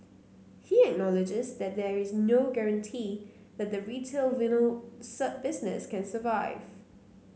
he acknowledges that there is no guarantee that the retail vinyl business can survive